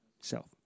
Self